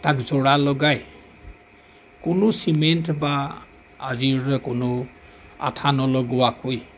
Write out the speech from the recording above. তাক জোৰা লগাই কোনো চিমেণ্ট বা আদিৰ কোনো আঠা নলগোৱাকৈ